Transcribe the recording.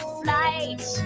flight